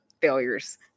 failures